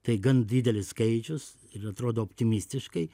tai gan didelis skaičius ir atrodo optimistiškai